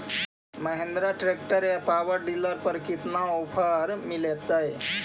Mahindra tractor या power dealer पर कितना ओफर मीलेतय?